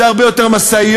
זה הרבה יותר משאיות.